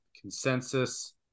consensus